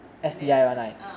index ah